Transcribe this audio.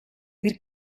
per